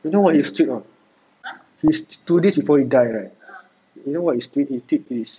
you know his tweet or not two days before he die right you know what his tweet his tweet is